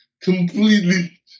completely